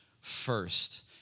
first